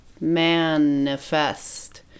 manifest